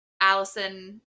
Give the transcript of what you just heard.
Allison